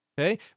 Okay